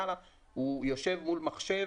והוא יושב מול מחשב,